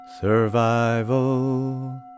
Survival